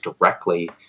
directly